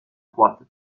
froide